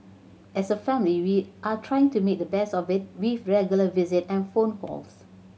as a family we are trying to make the best of it with regular visits and phone calls